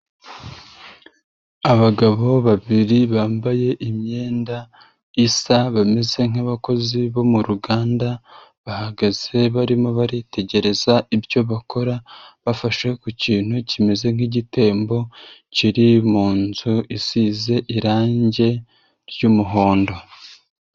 Abagabo babiri bambaye imyenda isa ,bameze nk'abakozi bo mu ruganda, bahagaze barimo baritegereza ibyo bakora ,bafashe ku kintu kimeze nk'igitembo, kiri mu nzu isize irangi ry'umuhondo.